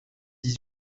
dix